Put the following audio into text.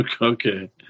okay